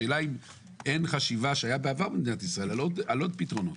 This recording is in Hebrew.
השאלה אם אין חשיבה שהיה בעבר במדינת ישראל על עוד פתרונות?